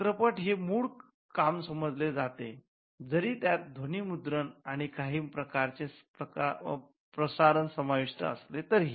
चित्रपट हे मूळ काम समजले जाते जरी त्यात ध्वनी मुद्रण आणि काही प्रकारचे प्रसारण समाविष्ट असले तरीही